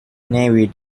navy